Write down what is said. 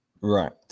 Right